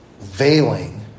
Veiling